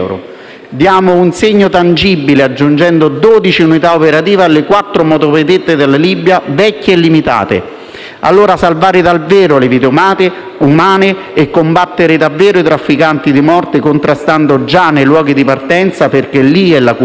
Diamo un segno tangibile aggiungendo dodici unità operative alle quattro motovedette della Libia vecchie e limitate. Per salvare davvero le vite umane e combattere davvero i trafficanti di morte occorre operare un contrasto già nei luoghi di partenza, perché lì è la cupola